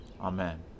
Amen